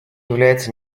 является